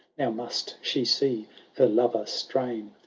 now must she see her lover strain,